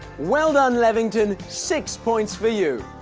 well done levington. six points for you.